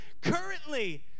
currently